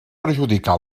perjudicar